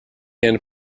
end